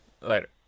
later